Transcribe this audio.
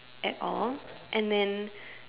at all and then